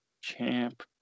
champ